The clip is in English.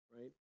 right